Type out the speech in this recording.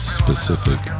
specific